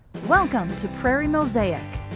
welcome to prairie mosaic,